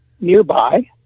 nearby